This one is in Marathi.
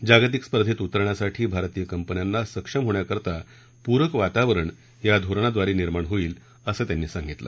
जागतिक स्पर्धेत उतरण्यासाठी भारतीय कंपन्यांना सक्षम होण्याकरता पूरक वातावरण या धोरणाद्वारे निर्माण होईल असं त्यांनी सांगितलं